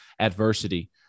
adversity